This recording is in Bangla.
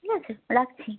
ঠিক আছে রাখছি